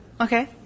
okay